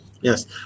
yes